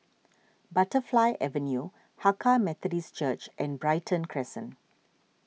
Butterfly Avenue Hakka Methodist Church and Brighton Crescent